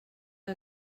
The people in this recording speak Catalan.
que